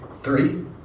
Three